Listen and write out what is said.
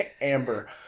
Amber